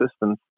assistance